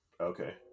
Okay